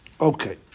Okay